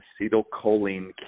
Acetylcholine